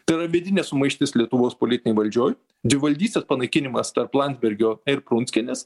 tai yra vidinė sumaištis lietuvos politinėj valdžioj dvivaldystės panaikinimas tarp landsbergio ir prunskienės